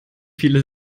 viele